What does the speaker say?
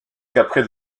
qu’après